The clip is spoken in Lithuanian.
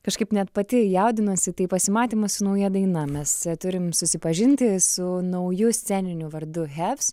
kažkaip net pati jaudinuosi tai pasimatymas su nauja daina mes turim susipažinti su nauju sceniniu vardu heavs